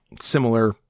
similar